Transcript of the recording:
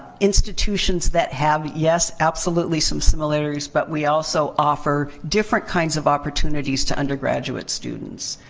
institutions that have, yes, absolutely some similarities, but we also offer different kinds of opportunities to undergraduate students.